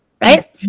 Right